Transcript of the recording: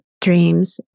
dreams